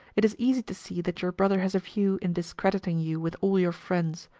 it is easy to see that your brother has a view in discrediting you with all your friends,